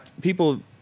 People